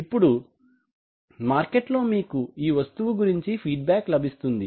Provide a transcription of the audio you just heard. ఇప్పుడు మార్కెట్లో మీకు ఈ వస్తువు గురించి ఫీడ్ బ్యాక్ లభిస్తుంది